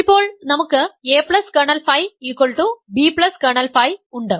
ഇപ്പോൾ നമുക്ക് a kernel phi b kernel phi ഉണ്ട്